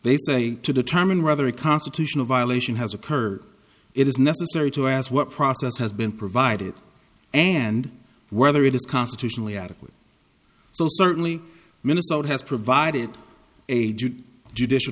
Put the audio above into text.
determine whether a constitutional violation has occurred it is necessary to ask what process has been provided and whether it is constitutionally adequate so certainly minnesota has provided a judicial